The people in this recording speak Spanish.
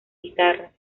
guitarras